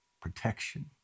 protection